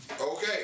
Okay